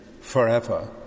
forever